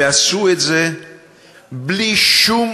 ועשו את זה בלי שום